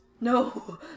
No